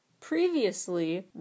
Previously